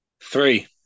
three